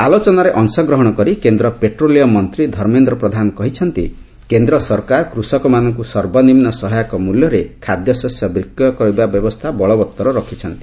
ଆଲୋଚନାରେ ଅଶଗ୍ରହଣ କରି କେନ୍ଦ୍ର ପେଟ୍ରୋଲିୟମ୍ ମନ୍ତ୍ରୀ ଧର୍ମେନ୍ଦ୍ର ପ୍ରଧାନ କହିଛନ୍ତି କେନ୍ଦ୍ର ସରକାର କୃଷକମାନଙ୍କୁ ସର୍ବନିମ୍ବ ସହାୟକ ମ୍ବଲ୍ୟରେ ଖାଦ୍ୟଶସ୍ୟ ବିକ୍ରୟ କରିବା ବ୍ୟବସ୍ଥା ବଳବତ୍ତର ରଖିଛନ୍ତି